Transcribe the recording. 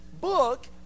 book